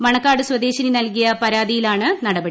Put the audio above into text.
മണക്കാട് സ്വദേശിനി നൽകിയ പരാതിയിലാണ് നടപടി